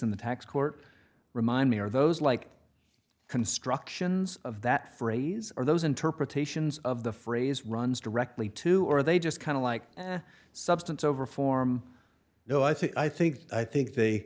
in the tax court remind me or those like constructions of that phrase or those interpretations of the phrase runs directly to or they just kind of like substance over form no i think i think i think they